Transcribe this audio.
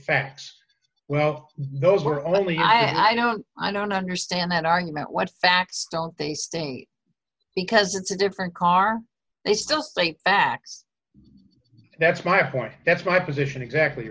facts well those are only i don't i don't understand that argument what facts don't they state because it's a different car they still back that's my point that's my position exactly